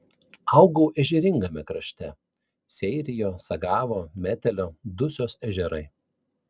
augau ežeringame krašte seirijo sagavo metelio dusios ežerai